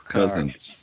Cousins